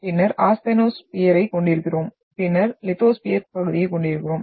பின்னர் ஆஸ்தெனோஸ்பியரைக் கொண்டிருக்கிறோம் பின்னர் லித்தோஸ்பியர் பகுதியைக் கொண்டிருக்கிறோம்